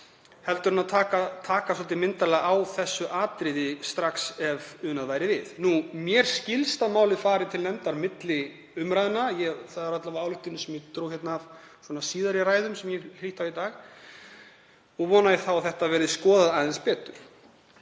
vondur, en að taka svolítið myndarlega á þessu atriði strax ef unað væri við. Mér skilst að málið fari til nefndar milli umræðna. Það er alla vega ályktunin sem ég dró af síðari ræðum sem ég hef hlýtt á í dag. Vona ég þá að þetta verði skoðað aðeins betur.